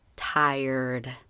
tired